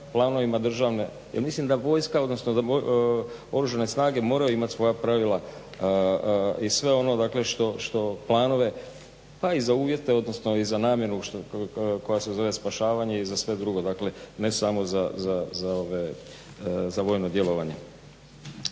planovima državne. Ja mislim da vojska, odnosno da Oružane snage moraju imati svoja pravila i sve ono dakle, planove pa i za uvjete odnosno i za namjenu koja se zove spašavanje i za sve drugo. Dakle, ne samo za vojno djelovanje.